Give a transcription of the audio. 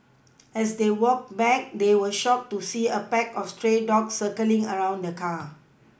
as they walked back they were shocked to see a pack of stray dogs circling around the car